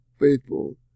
faithful